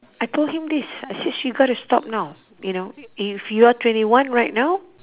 I told him this I said sh~ you gotta stop now you know if you are twenty one right now